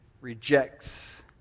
rejects